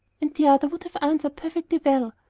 and the other would have answered perfectly well.